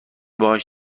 باهاش